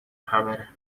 خبره